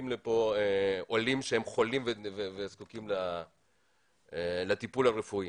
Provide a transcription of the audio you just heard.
לכאן עולים שהם חולים וזקוקים לטיפול רפואי.